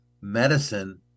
Medicine